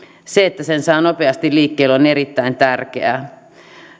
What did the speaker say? se että sen saa nopeasti liikkeelle on erittäin tärkeää